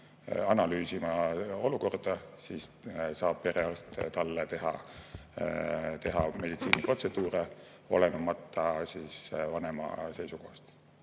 analüüsima olukorda, saab perearst talle teha meditsiinilisi protseduure, olenemata vanema seisukohast.